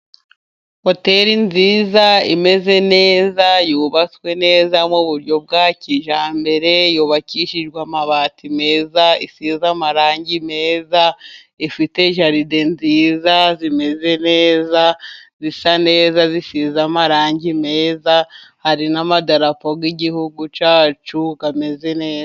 Hoteri nziza imeze neza. Yubatswe neza muburyo bwa kijyambere. Yubakishijwe amabati meza. Isize amarangi meza ,ifite jaride nziza. Zimeze neza zisa neza ,zisi amarangi meza. Hari n'amadarapo y'igihugu cyacu ameze neza.